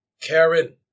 Karen